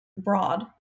broad